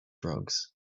drugs